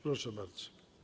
Proszę bardzo.